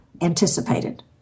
anticipated